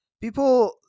people